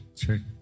check